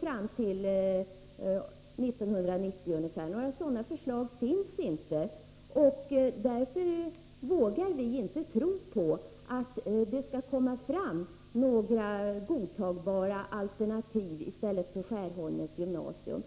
fram till ungefär 1990 — några sådana förslag finns inte. Därför vågar vi inte tro på att det skall komma fram några godtagbara alternativ till Skärholmens gymnasium.